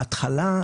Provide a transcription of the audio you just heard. בהתחלה,